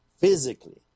physically